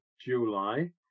July